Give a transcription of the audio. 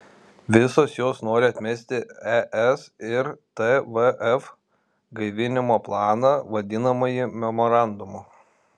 visos jos nori atmesti es ir tvf gaivinimo planą vadinamąjį memorandumą